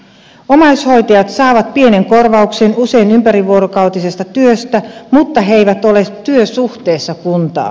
omaishoitajat saavat pienen korvauksen usein ympärivuorokautisesta työstä mutta he eivät ole työsuhteessa kuntaan